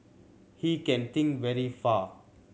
he can think very far